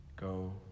Go